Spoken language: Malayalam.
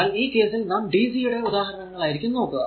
എന്നാൽ ഈ കേസിൽ നാം DC യുടെ ഉദാഹരണങ്ങൾ ആയിരിക്കും നോക്കുക